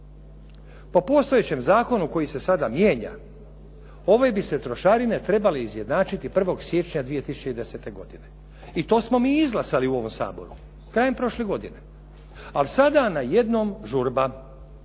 Po postojećem zakonu koji se sada mijenja, ove bi se trošarine trebale izjednačiti 1. siječnja 2010. godine. I to smo mi izglasali u ovom Saboru, krajem prošle godine. Ali sada na jednom žurba,